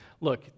look